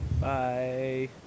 Bye